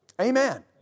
Amen